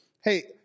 hey